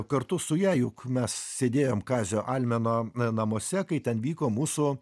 kartu su ja juk mes sėdėjom kazio almeno namuose kai ten vyko mūsų